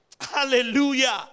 Hallelujah